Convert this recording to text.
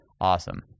awesome